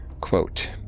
Quote